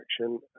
action